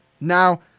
now